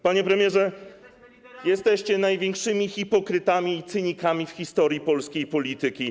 Panie premierze, jesteście największymi hipokrytami i cynikami w historii polskiej polityki.